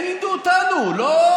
את זה הם לימדו אותנו, לא אנחנו.